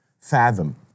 fathom